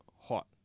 hot